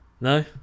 No